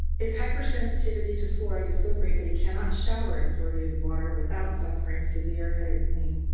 his hypersensitivity to fluoride is so great that he cannot shower in fluoridated water without suffering severe headache pain.